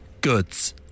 goods